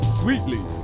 sweetly